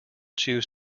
choose